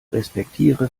respektiere